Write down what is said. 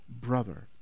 brother